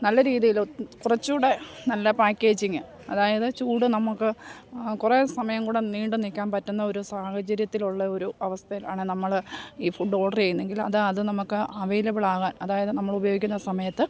നല്ല രീതിയിൽ കുറച്ചുകൂടെ നല്ല പാക്കേജിങ്ങ് അതായത് ചൂട് നമുക്ക് കുറേ സമയം കൂടെ നീണ്ട് നിൽക്കാൻ പറ്റുന്ന ഒരു സാഹചര്യത്തിലുള്ള ഒരു അവസ്ഥയിൽ ആണെങ്കിൽ നമ്മൾ ഈ ഫുഡ് ഓർഡർ ചെയ്യുന്നെങ്കിലും അതാ അത് നമുക്ക് അവൈലബിൾ ആകാൻ അതായത് നമ്മൾ ഉപയോഗിക്കുന്ന സമയത്ത്